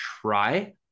try